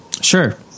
Sure